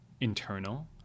internal